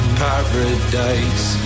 paradise